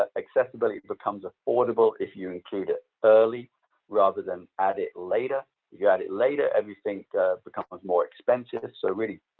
ah accessibility becomes affordable if you include it early rather than add it later. if you add it later, everything becomes more expensive. so really,